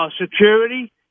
security